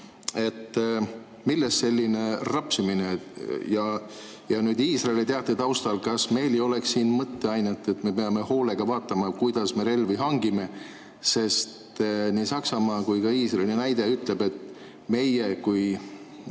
Millest selline rapsimine? Küsin nüüd Iisraeli teate taustal, kas meil ei oleks siin mõtteainet – me peame hoolega vaatama, kuidas me relvi hangime. Sest nii Saksamaa kui ka Iisraeli näide ütleb, et meie kui